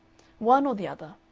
one or the other.